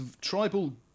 tribal